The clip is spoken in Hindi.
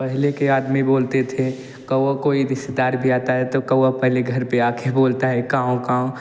पहले के आदमी बोलते थे कहो कोई रिश्तेदार भी आता है तो कौवा पहले घर पे आ कर बोलता है काऊ काऊ